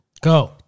go